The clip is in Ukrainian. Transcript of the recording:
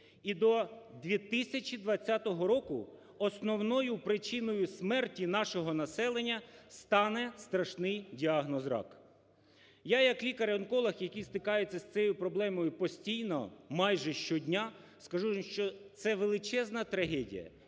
І до 2020 року основною причиною смерті нашого населення стане страшний діагноз рак. Я як лікар-онколог, який стикається з цією проблемою постійно, майже щодня, скажу, що це величезна трагедія